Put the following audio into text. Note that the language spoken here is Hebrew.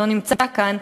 הוא לא נמצא כאן: